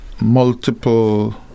multiple